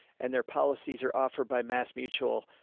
and their policies are offered by mass mutual.